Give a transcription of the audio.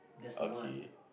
okay